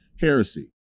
Heresy